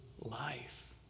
life